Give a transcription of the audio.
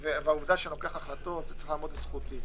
העובדה שאני לוקח החלטות, זה צריך לעמוד לזכותי.